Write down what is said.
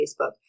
Facebook